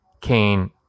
Cain